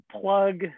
plug